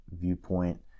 viewpoint